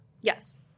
Yes